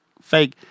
fake